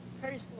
personal